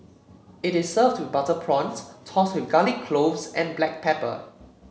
it is served with butter prawns tossed with garlic cloves and black pepper